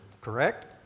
correct